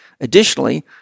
Additionally